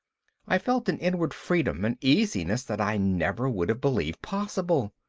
i felt an inward freedom and easiness that i never would have believed possible.